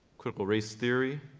critical race theory,